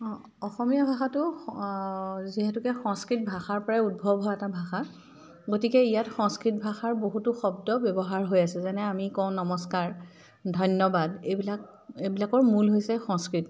অঁ অসমীয়া ভাষাটো যিহেতুকে সংস্কৃত ভাষাৰ পৰাই উদ্ভৱ হোৱা এটা ভাষা গতিকে ইয়াত সংস্কৃত ভাষাৰ বহুতো শব্দ ব্যৱহাৰ হৈ আছে যেনে আমি কওঁ নমস্কাৰ ধন্যবাদ এইবিলাক এইবিলাকৰ মূল হৈছে সংস্কৃত